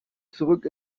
zurück